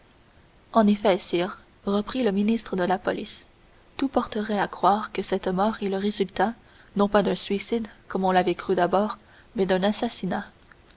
en effet sire reprit le ministre de la police tout porterait à croire que cette mort est le résultat non pas d'un suicide comme on l'avait cru d'abord mais d'un assassinat